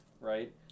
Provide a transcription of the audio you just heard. right